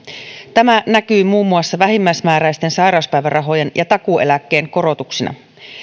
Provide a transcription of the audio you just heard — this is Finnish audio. tämä näkyy muun muassa vähimmäismääräisten sairauspäivärahojen ja takuueläkkeen korotuksina